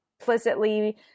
implicitly